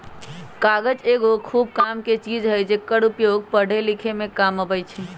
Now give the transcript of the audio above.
कागज एगो खूब कामके चीज हइ जेकर उपयोग पढ़े लिखे में काम अबइ छइ